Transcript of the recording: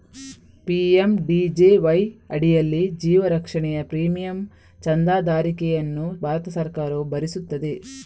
PMJDY ಅಡಿಯಲ್ಲಿ ಜೀವ ರಕ್ಷಣೆಯ ಪ್ರೀಮಿಯಂ ಚಂದಾದಾರಿಕೆಯನ್ನು ಭಾರತ ಸರ್ಕಾರವು ಭರಿಸುತ್ತದೆ